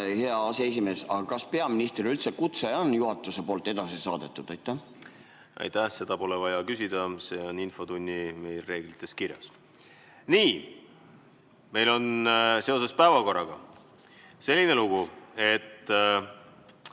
Hea aseesimees, aga kas peaministrile üldse kutse on juhatusest edasi saadetud? Aitäh! Seda pole vaja küsida, see on infotunni reeglites kirjas. Nii. Meil on seoses päevakorraga selline lugu, et